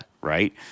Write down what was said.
right